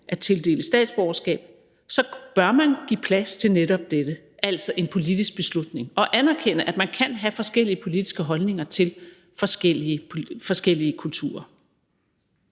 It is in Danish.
at tildele statsborgerskab, bør man give plads til netop dette, altså en politisk beslutning, og anerkende, at man kan have forskellige politiske holdninger til forskellige kulturer.